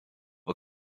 for